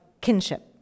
kinship